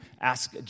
ask